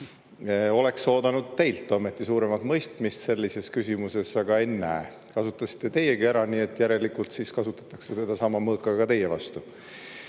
Oleks oodanud teilt ometi suuremat mõistmist selles küsimuses, aga ennäe, kasutasite teiegi seda ära. Nii et järelikult kasutatakse sedasama mõõka ka teie vastu.